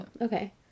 okay